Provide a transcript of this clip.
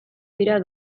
dira